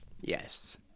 Yes